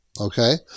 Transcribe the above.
Okay